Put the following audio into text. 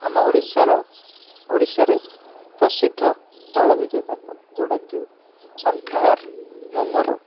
ଆମ ଓଡ଼ିଶାର ଓଡ଼ିଶାରେ ପ୍ରସିଦ୍ଧ ତୈଳବୀଜ ଜାତୀୟ ଯେଉଁଟାକି ସନଫ୍ଲାୱାର୍ ମୁଁ ମୋର